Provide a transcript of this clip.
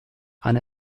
ein